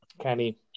Kenny